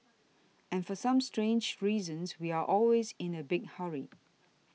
and for some strange reasons we are always in a big hurry